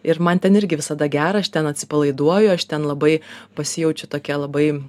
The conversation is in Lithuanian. ir man ten irgi visada gera aš ten atsipalaiduoju aš ten labai pasijaučiu tokia labai